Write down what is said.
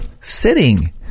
sitting